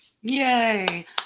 Yay